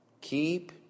Keep